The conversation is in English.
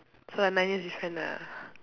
so like nine years different ah